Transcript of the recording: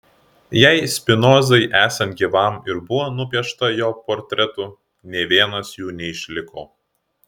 jei spinozai esant gyvam ir buvo nupiešta jo portretų nė vienas jų neišliko